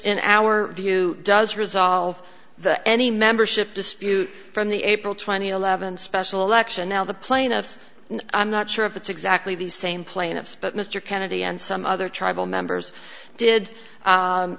in our view does resolve the any membership dispute from the april twentieth levon special election now the plaintiffs i'm not sure if it's exactly the same plaintiffs but mr kennedy and some other tribal members did